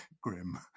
grim